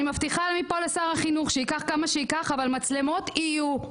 אני מבטיחה מפה לשר החינוך, מצלמות יהיו,